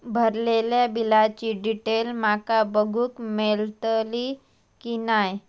भरलेल्या बिलाची डिटेल माका बघूक मेलटली की नाय?